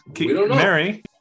Mary